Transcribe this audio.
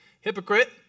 Hypocrite